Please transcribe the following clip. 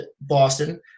Boston